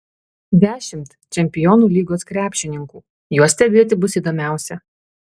dešimt čempionų lygos krepšininkų juos stebėti bus įdomiausia